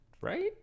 right